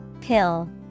pill